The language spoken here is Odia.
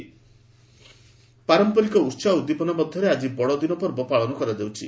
ଖ୍ରୀଷ୍ଟମାସ ପାରମ୍ପରିକ ଉତ୍ସାହ ଓ ଉଦ୍ଦୀପନା ମଧ୍ୟରେ ଆଜି ବଡ଼ଦିନ ପର୍ବ ପାଳନ କରାଯାଉଛି